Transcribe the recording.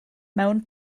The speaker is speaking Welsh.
mewn